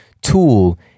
tool